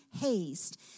haste